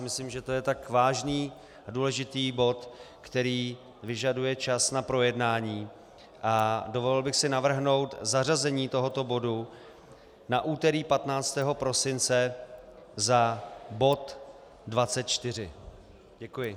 Myslím, že to je tak vážný a důležitý bod, který vyžaduje čas na projednání, a dovolil bych si navrhnout zařazení tohoto bodu na úterý 15. prosince za bod 24. Děkuji.